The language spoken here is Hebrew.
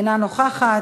אינה נוכחת,